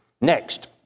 Next